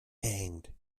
hanged